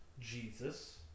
Jesus